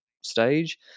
stage